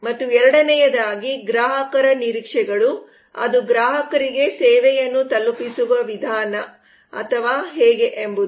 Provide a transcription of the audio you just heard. ಮತ್ತು ಎರಡನೆಯದಾಗಿ ಗ್ರಾಹಕರ ನಿರೀಕ್ಷೆಗಳು ಅದು ಗ್ರಾಹಕರಿಗೆ ಸೇವೆಯನ್ನು ತಲುಪಿಸುವ ವಿಧಾನ ಅಥವಾ ಹೇಗೆ ಎಂಬುದು